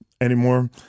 anymore